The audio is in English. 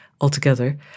altogether